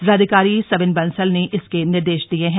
जिलाधिकारी सविन बंसल ने इसके निर्देश दिये हैं